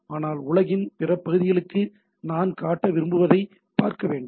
ஆனால் உலகின் பிற பகுதிகளுக்கு நான் காட்ட விரும்புவதைப் பார்க்க வேண்டும்